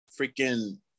freaking